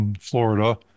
Florida